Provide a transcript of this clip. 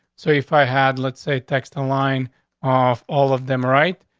so if i had, let's say text online off all of them, right,